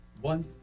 One